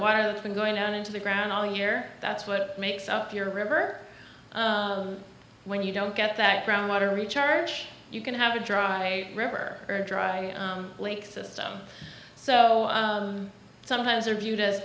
water has been going down into the ground all year that's what makes up your river when you don't get that groundwater recharge you can have a dry river or dry lake system so sometimes are viewed as